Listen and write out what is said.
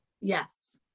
Yes